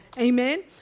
Amen